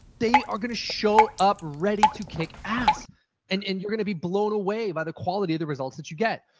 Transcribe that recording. they are going to show up ready to kick ass and and you're going to be blown away by the quality of the results that you get.